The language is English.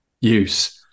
use